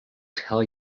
tell